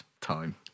time